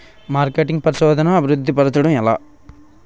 marketing పరిశోధనదా అభివృద్ధి పరచడం ఎలా